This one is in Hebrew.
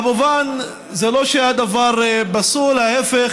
כמובן, זה לא שהדבר פסול, ההפך.